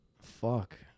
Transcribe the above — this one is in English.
Fuck